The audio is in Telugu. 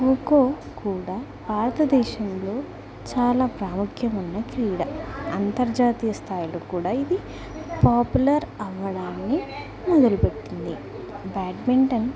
ఖోఖో కూడా భారతదేశంలో చాలా ప్రాముఖ్య ఉన్న క్రీడ అంతర్జాతీయ స్థాయిలు కూడా ఇది పాపులర్ అవ్వడాన్ని మొదలుపెట్టింది బ్యాడ్మింటన్